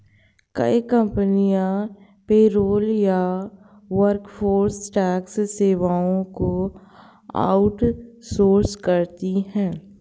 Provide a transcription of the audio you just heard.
कई कंपनियां पेरोल या वर्कफोर्स टैक्स सेवाओं को आउट सोर्स करती है